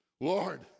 Lord